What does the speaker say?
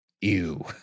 Ew